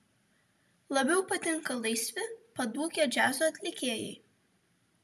labiau patinka laisvi padūkę džiazo atlikėjai